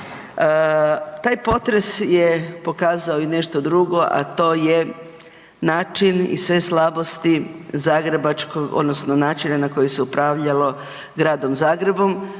Taj potres je pokazao i nešto drugo, a to je način i sve slabosti zagrebačkog odnosno načina na koji se upravljalo Gradom Zagrebom.